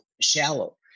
shallow